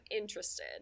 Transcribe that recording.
interested